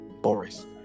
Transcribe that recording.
Boris